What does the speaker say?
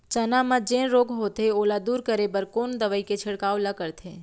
चना म जेन रोग होथे ओला दूर करे बर कोन दवई के छिड़काव ल करथे?